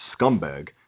scumbag